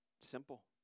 Simple